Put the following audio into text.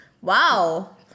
Wow